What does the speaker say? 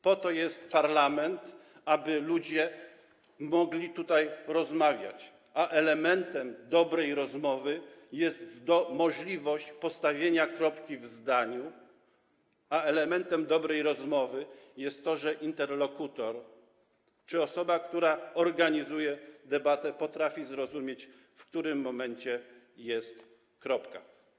Po to jest parlament, aby ludzie mogli tutaj rozmawiać, a elementem dobrej rozmowy jest możliwość postawienia kropki w zdaniu, elementem dobrej rozmowy jest to, że interlokutor czy osoba, która organizuje debatę, potrafi zrozumieć, w którym momencie jest kropka.